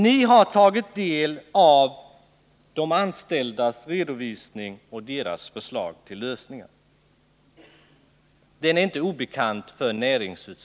Ni har tagit del av de anställdas redovisning och deras förslag till lösningar.